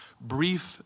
brief